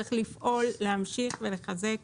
צריך לפעול להמשיך ולחזק